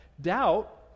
doubt